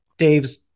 Dave's